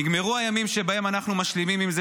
נגמרו הימים שבהם אנחנו משלימים עם זה